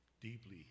deeply